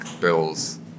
bills